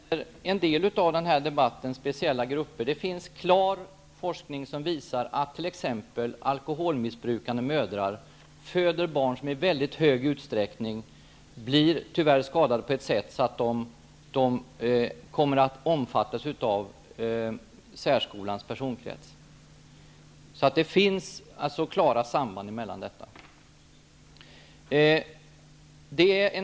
Herr talman! Tyvärr gäller en del av den här debatten speciella grupper, Inger Lundberg. Det finns forskning som klart visar att t.ex. alkoholmissbrukande mödrar föder barn som tyvärr i mycket hög utsträckning blir skadade på sådant sätt att de kommer att omfattas av särskolans personkrets. Det finns klara samband mellan detta.